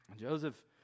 Joseph